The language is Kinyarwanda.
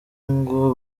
ngo